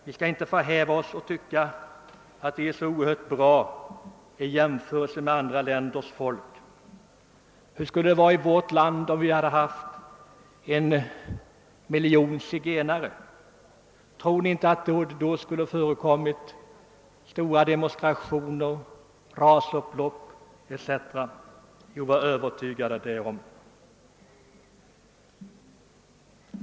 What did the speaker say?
Vi skall inte förhäva oss och anse, att vi är så oerhört bra i jämförelse med andra länders folk. Hur skulle det vara i vårt land om vi hade en miljon zigenare? Tror ni inte att det då skulle förekomma stora demonstrationer, rasupplopp etc.? Jo, var övertygade därom!